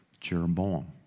Jeroboam